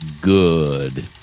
good